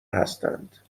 هستند